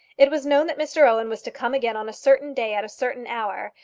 it was known that mr owen was to come again on a certain day at a certain hour,